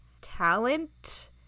talent